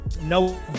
No